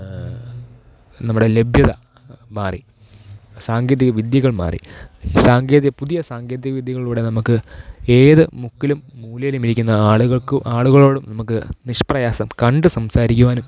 നമ്മുടെ ലഭ്യത മാറി സാങ്കേതിക വിദ്യകൾ മാറി ഈ സാങ്കേതിക പുതിയ സാങ്കേതിക വിദ്യകളിലൂടെ നമുക്ക് ഏത് മുക്കിലും മൂലയിലും ഇരിക്കുന്ന ആളുകൾക്ക് ആളുകളോടും നമുക്ക് നിഷ്പ്രയാസം കണ്ടു സംസാരിക്കുവാനും